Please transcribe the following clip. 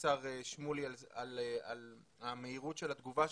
השר שמולי, על המהירות של התגובה.